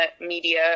media